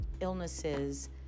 illnesses